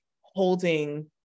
holding